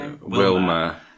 Wilma